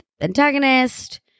antagonist